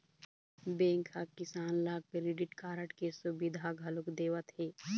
bank ह किसान ल क्रेडिट कारड के सुबिधा घलोक देवत हे